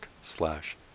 slash